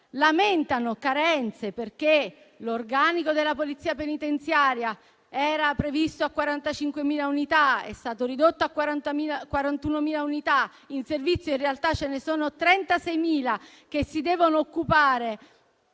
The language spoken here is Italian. Lamentano carenze perché l'organico della Polizia penitenziaria, per cui sarebbero previste 45.000 unità, è stato ridotto a 41.000. In servizio in realtà ce ne sono 36.000 che si devono occupare